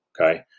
Okay